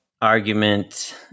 argument